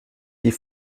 die